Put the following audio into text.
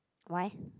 why